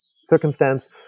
circumstance